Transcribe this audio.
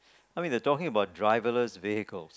I mean they're talking about driverless vehicles